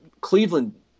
Cleveland